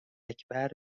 اکبر